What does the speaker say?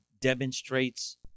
demonstrates